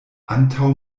antaŭ